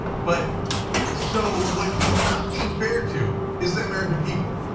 but so, what he is not being fair to is the american people.